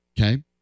Okay